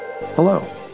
Hello